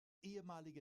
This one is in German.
ehemalige